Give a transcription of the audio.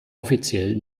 offiziell